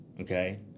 Okay